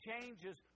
changes